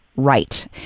right